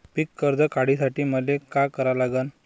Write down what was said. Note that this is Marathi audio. पिक कर्ज काढासाठी मले का करा लागन?